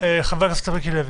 חבר הכנסת מיקי לוי.